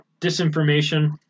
disinformation